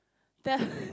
tell